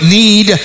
need